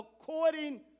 according